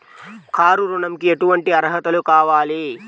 Car ఋణంకి ఎటువంటి అర్హతలు కావాలి?